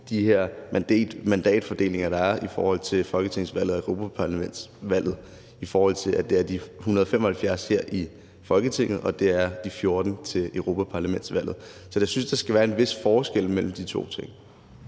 de her mandatfordelinger, der er ved folketingsvalg og europaparlamentsvalg, i forhold til at det er 175 her i Folketinget, og at det er 14 til europaparlamentsvalget. Jeg synes, der skal være en vis forskel mellem de to ting.